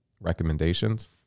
recommendations